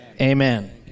amen